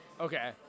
Okay